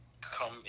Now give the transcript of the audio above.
come